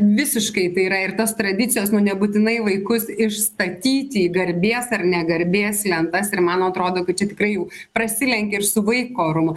visiškai tai yra ir tos tradicijos nu nebūtinai vaikus išstatyti į garbės ar negarbės lentas ir man atrodo kad čia tikrai jau prasilenkia ir su vaiko orumu